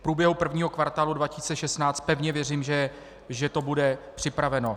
V průběhu prvního kvartálu 2016 pevně věřím, že to bude připraveno.